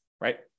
right